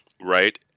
right